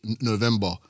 November